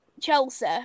Chelsea